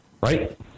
Right